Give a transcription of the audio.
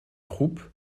croupes